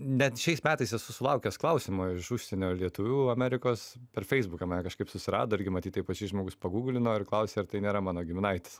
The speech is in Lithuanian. net šiais metais esu sulaukęs klausimo iš užsienio lietuvių amerikos per feisbuką mane kažkaip susirado irgi matyt taip pačiai žmogus paguglino ir klausė ar tai nėra mano giminaitis